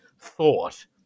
thought